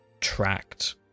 tracked